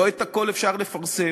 ולא את הכול אפשר לפרסם,